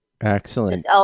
Excellent